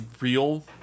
real